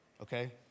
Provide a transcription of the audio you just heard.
okay